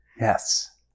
Yes